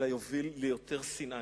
אלא יוביל ליותר שנאה.